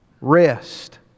Rest